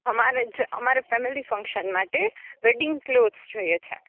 હમારે જ અમારે ફેમિલી ફંકશન માટે વેડિંગ ક્લોથ જોઈએ છે